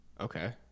okay